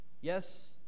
Yes